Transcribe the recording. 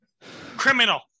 criminal